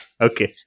Okay